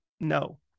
no